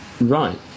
Right